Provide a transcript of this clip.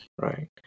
right